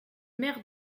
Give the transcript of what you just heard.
mère